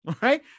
right